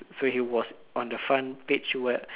so he was on the front page [what]